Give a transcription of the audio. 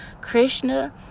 krishna